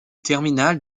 terminal